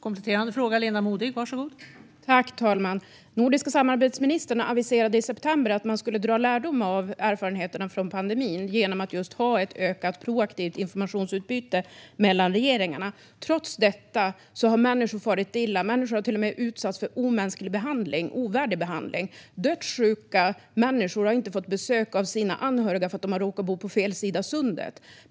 Fru talman! De nordiska samarbetsministrarna aviserade i september att man skulle dra lärdom av erfarenheterna från pandemin genom att just ha ett ökat proaktivt informationsutbyte mellan regeringarna. Trots detta har människor farit illa. Människor har till och med utsatts för omänsklig och ovärdig behandling. Dödssjuka människor har inte fått ta emot besök av sina anhöriga för att de har råkat bo på fel sida av Sundet.